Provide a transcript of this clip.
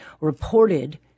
reported